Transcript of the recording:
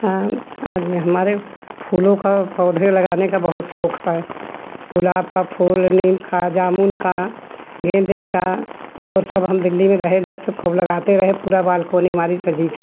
हाँ आज हमारे फूलों का पौधे लगाने का बहुत शौक़ है गुलाब का फूल नींद का जामुन का गेंदे का और सब हम दिल्ली में रहे जब तक खूब लगाते रहे पूरा बालकोनी हमारी सजी थी